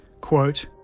quote